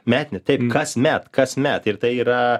metinį taip kasmet kasmet ir tai yra